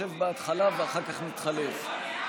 להפוך את הצעת חוק מס ערך מוסף (תיקון,